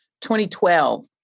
2012